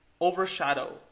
overshadow